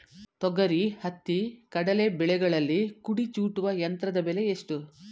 ತೊಗರಿ, ಹತ್ತಿ, ಕಡಲೆ ಬೆಳೆಗಳಲ್ಲಿ ಕುಡಿ ಚೂಟುವ ಯಂತ್ರದ ಬೆಲೆ ಎಷ್ಟು?